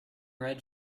red